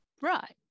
right